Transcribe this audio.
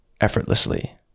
effortlessly